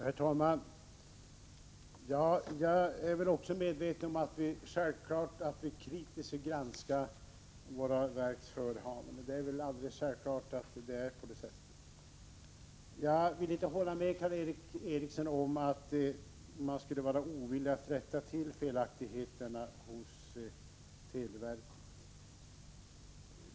Herr talman! Självfallet är även jag medveten om att vi kritiskt bör granska våra verks förehavanden. Jag vill inte hålla med Karl Erik Eriksson om att televerket är ovilligt att rätta till felaktigheterna.